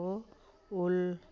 ଓ all